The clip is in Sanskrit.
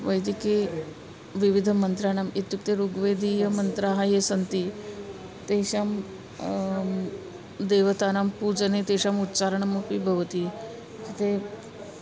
वैदिके विविधमन्त्राणाम् इत्युक्ते ऋग्वेदीयमन्त्राः ये सन्ति तेषां देवतानां पूजने तेषाम् उच्चारणमपि भवति इत्युक्ते